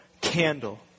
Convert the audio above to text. candle